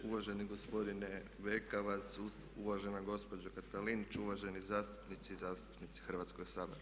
Uvaženi gospodine Bekavac, uvažena gospođo Katalinić, uvaženi zastupnici i zastupnice Hrvatskog sabora.